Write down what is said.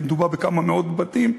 מדובר בכמה מאות בתים,